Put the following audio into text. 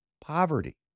poverty